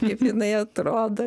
kaip jinai atrodo